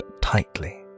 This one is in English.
tightly